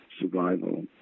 survival